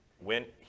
went